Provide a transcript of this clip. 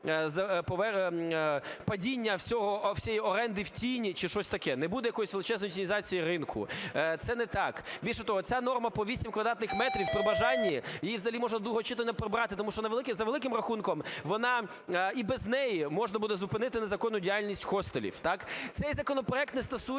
падіння всієї оренди в тіні чи щось таке, не буде якоїсь величезної тінізації ринку – це не так. Більше того, ця норма про 8 квадратних метрів, при бажанні її взагалі можна на друге читання прибрати, тому що за великим рахунком вона і без неї можна буде зупинити незаконну діяльність хостелів, так. Цей законопроект не стосується